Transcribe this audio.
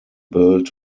build